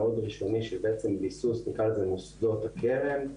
מאוד ראשוני של ביסוס מוסדות הקרן,